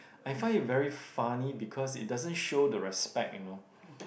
I find it very funny because it doesn't show the respect you know